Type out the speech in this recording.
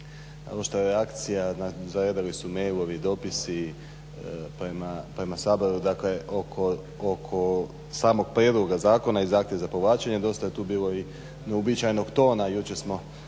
kao što je reakcija zaredali su mailovi, dopisi prema Saboru oko samog prijedloga zakona i zahtjev za povlačenje. Dosta je tu bilo i neuobičajenog tona, jučer smo